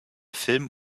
film